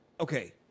Okay